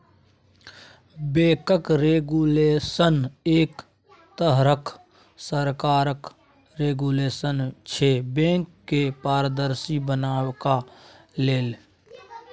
बैंकक रेगुलेशन एक तरहक सरकारक रेगुलेशन छै बैंक केँ पारदर्शी बनेबाक लेल